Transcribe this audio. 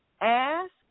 Ask